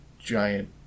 giant